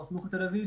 אזור הסמוך לתל אביב,